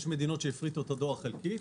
יש מדינות שהפריטו את הדואר חלקית,